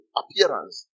appearance